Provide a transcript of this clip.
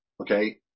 Okay